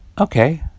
Okay